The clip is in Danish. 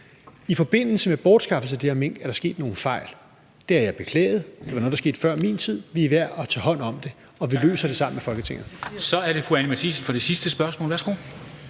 I forbindelse med bortskaffelse af de her mink er der sket nogle fejl. Det har jeg beklaget. Det var noget, der skete før min tid. Vi er ved at tage hånd om det, og vi løser det sammen med Folketinget. Kl. 14:16 Formanden (Henrik